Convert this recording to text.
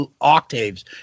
octaves